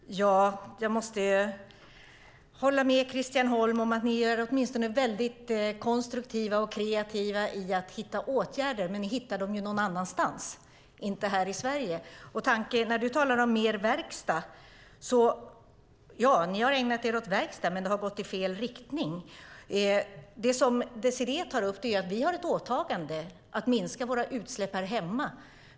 Fru talman! Jag måste hålla med Christian Holm om att ni åtminstone är mycket konstruktiva och kreativa i att hitta åtgärder, men ni hittar dem någon annanstans, inte här i Sverige. Du talar om mer verkstad, Christian Holm. Ja, ni har ägnat er åt verkstad, men det har gått i fel riktning. Det som Désirée Liljevall tar upp är att vi har ett åtagande att minska våra utsläpp här hemma.